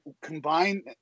combine